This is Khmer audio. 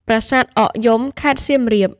ប្រាសាទអកយំ ខេត្តសៀមរាប។